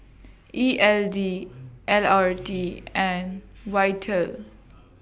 E L D L R T and Vital